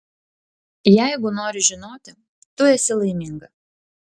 jeigu nori žinoti tu esi laiminga